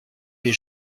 des